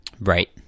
Right